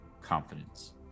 Confidence